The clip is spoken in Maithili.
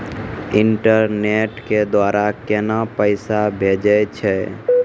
इंटरनेट के द्वारा केना पैसा भेजय छै?